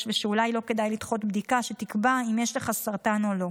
ושאולי לא כדאי לדחות בדיקה שתקבע אם יש לך סרטן או לא.